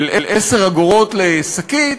של 10 אגורות לשקית,